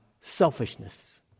selfishness